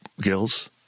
gills